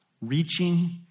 Reaching